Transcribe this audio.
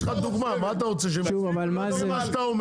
אבל מה זה?